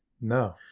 No